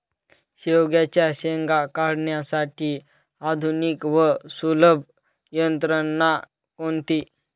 शेवग्याच्या शेंगा काढण्यासाठी आधुनिक व सुलभ यंत्रणा कोणती?